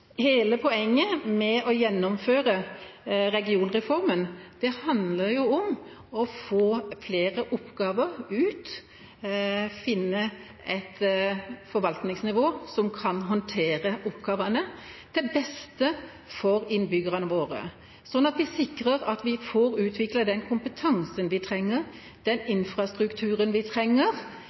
Hele poenget med å gjennomføre regionreformen er å få flere oppgaver ut, finne et forvaltningsnivå som kan håndtere oppgavene til det beste for innbyggerne våre, sånn at vi sikrer at vi får utviklet den kompetansen vi trenger, den infrastrukturen vi trenger,